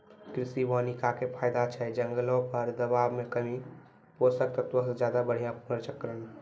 कृषि वानिकी के फायदा छै जंगलो पर दबाब मे कमी, पोषक तत्वो के ज्यादा बढ़िया पुनर्चक्रण